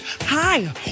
Hi